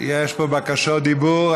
יש פה בקשות דיבור.